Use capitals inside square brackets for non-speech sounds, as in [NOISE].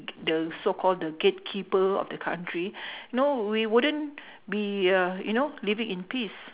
k~ the so call the gate-keeper of the country [BREATH] no we wouldn't be uh you know living in peace